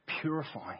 purifying